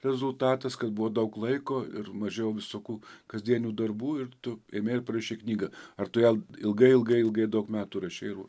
rezultatas kad buvo daug laiko ir mažiau visokų kasdienių darbų ir tu ėmei ir parašei knygą ar tu ją ilgai ilgai ilgai daug metų rašei ir